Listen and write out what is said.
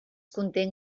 content